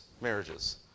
marriages